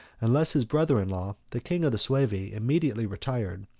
unless his brother-in-law, the king of the suevi, immediately retired,